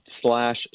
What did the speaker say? slash